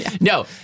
No